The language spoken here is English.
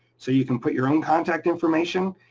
so you can put your own contact information.